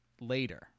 later